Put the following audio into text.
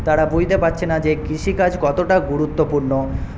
তারা বুঝতে পাচ্ছে না কৃষিকাজ কতটা গুরুত্বপূর্ণ